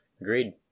Agreed